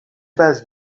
base